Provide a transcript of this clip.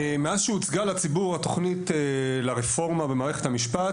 מאז שהוצגה לציבור התוכנית לרפורמה במערכת המשפט,